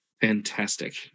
Fantastic